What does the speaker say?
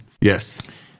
Yes